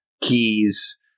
keys